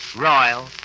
royal